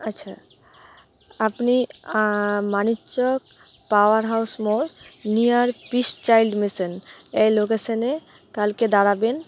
আচ্ছা আপনি Manikchak power house মোড় নিয়ার পিস চাইল্ড মিশন এই লোকেশানে কালকে দাঁড়াবেন